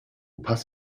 pass